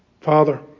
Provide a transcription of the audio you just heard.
Father